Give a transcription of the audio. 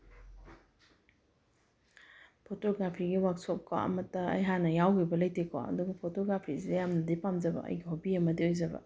ꯐꯣꯇꯣꯒ꯭ꯔꯥꯐꯤꯒꯤ workshop ꯀꯣ ꯑꯃꯠꯇ ꯑꯩ ꯍꯥꯟꯅ ꯌꯥꯎꯈꯤꯕ ꯂꯩꯇꯦꯀꯣ ꯑꯗꯨꯒ ꯐꯣꯇꯣꯒ꯭ꯔꯥꯐꯤꯁꯦ ꯌꯥꯝꯅꯗꯤ ꯄꯥꯝꯖꯕ ꯑꯩꯒꯤ ꯍꯣꯕꯤ ꯑꯃꯗꯤ ꯑꯣꯏꯖꯕ